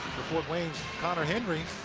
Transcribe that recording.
fort wayne, conner henry,